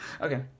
Okay